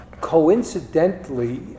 coincidentally